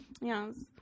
Yes